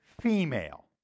female